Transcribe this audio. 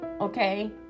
okay